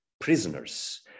prisoners